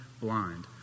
blind